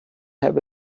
have